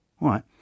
right